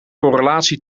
correlatie